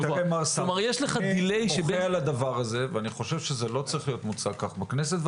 אני מוחה על כך וחושב שזה לא צריך להיות מוצג כך בכנסת.